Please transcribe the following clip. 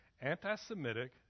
anti-Semitic